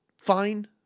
fine